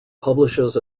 publishes